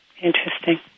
Interesting